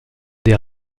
des